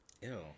Ew